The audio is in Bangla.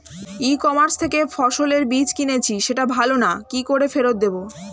ই কমার্স থেকে ফসলের বীজ কিনেছি সেটা ভালো না কি করে ফেরত দেব?